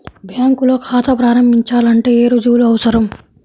బ్యాంకులో ఖాతా ప్రారంభించాలంటే ఏ రుజువులు అవసరం?